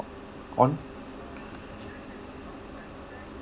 on